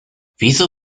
wieso